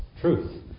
truth